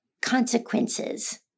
Consequences